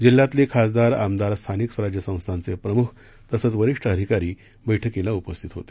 जिल्ह्यातले खासदार आमदार स्थानिक स्वराज्य संस्थांचे प्रमुख तसंच वरिष्ठ अधिकारी बक्कीला उपस्थित होते